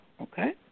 okay